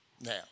Now